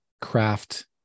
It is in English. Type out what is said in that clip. craft